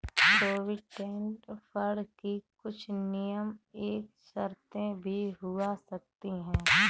provident fund की कुछ नियम एवं शर्तें भी हुआ करती हैं